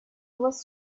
was